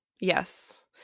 Yes